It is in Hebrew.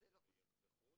לבין חברות אחרות,